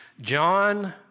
John